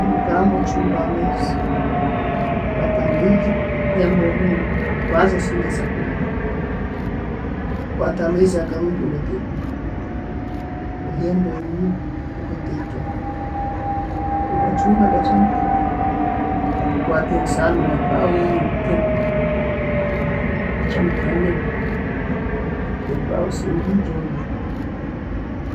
Nemugamba ochumbe amaizi, kwaita amaizi, hemba omuro, banza osinge esofuliiya, okwatta amaizi agarungi ogatekemu, ohembe omuro, ogatekeho, ogachumbe gachamuke. Hati kwata ensaano ya'kaawa eyo ogitemu, gachanamukiremu.